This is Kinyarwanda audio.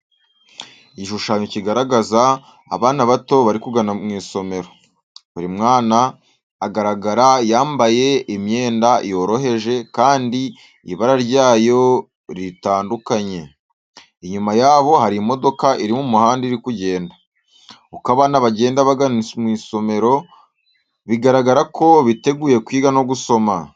Igishushanyo kigaragaza abana bato bari kugana mu isomero. Buri mwana agaragara yambaye imyenda yoroheje kandi ibara ryayo ritandukanye. Inyuma yabo hari imodoka iri mu muhanda iri kugenda. Uko abana bagenda bagana isomero bigaragara ko biteguye kwiga no gusoma.